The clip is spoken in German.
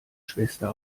schwester